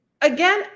again